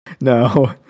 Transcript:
No